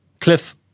cliff